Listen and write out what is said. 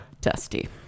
Dusty